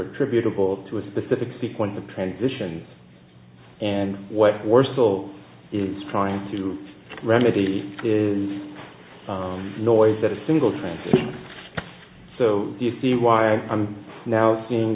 attributable to a specific sequence of transitions and what we're still is trying to remedy is noise that a single time so you see why i'm now seeing